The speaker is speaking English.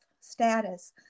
status